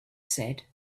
said